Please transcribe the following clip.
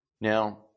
Now